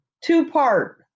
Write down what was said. Two-part